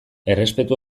errespetu